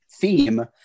theme